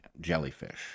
jellyfish